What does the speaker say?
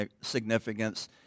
significance